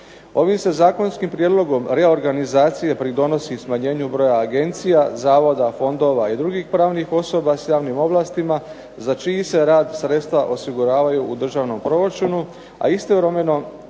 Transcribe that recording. Ovim se zakonskim prijedlogom reorganizacije pridonosi smanjenju broja agencija, zavoda, fondova i drugih pravnih osoba s javnim ovlastima za čiji se rad sredstva osiguravaju u državnom proračunu, a istovremeno